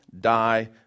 die